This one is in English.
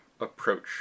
approach